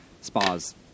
spas